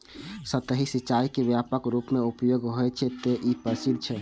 सतही सिंचाइ के व्यापक रूपें उपयोग होइ छै, तें ई प्रसिद्ध छै